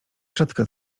rzadka